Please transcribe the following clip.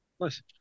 Nice